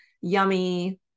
yummy